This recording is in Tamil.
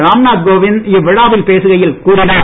ராம்நாத் கோவிந்த் இவ்விழாவில் பேசுகையில் கூறினார்